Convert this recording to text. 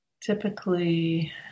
Typically